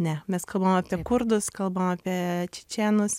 ne mes kalbam apie kurdus kalbam apie čečėnus